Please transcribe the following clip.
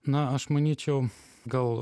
na aš manyčiau gal